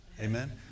Amen